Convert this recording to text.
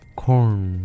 corn